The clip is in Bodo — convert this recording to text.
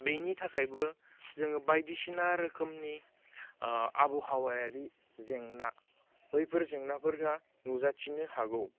बिनि थाखायबो जोङो बायदिसिना रोखोमनि आबहावायारि जेंना बैफोर जेंनाफोरा नुजाथिनो हागौ